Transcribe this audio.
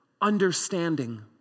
understanding